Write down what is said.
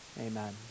amen